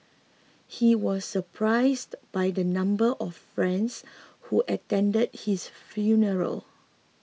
he was surprised by the number of friends who attended his funeral